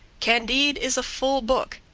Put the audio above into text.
candide is a full book.